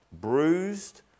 bruised